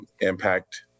impact